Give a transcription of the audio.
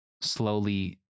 slowly